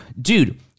dude